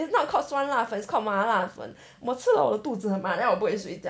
it's not called 酸辣粉 it's called 麻辣粉我吃了我肚子很麻我不会睡觉